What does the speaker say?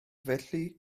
felly